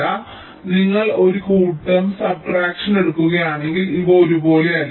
അതിനാൽ നിങ്ങൾ ഒരു കൂട്ടം സബ്ട്രാക്ഷൻ എടുക്കുകയാണെങ്കിൽ ഇവ ഒരുപോലെയല്ല